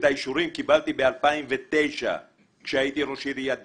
את האישורים קיבלתי ב-2009 כשהייתי ראש עיריית דימונה,